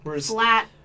flat